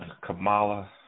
Kamala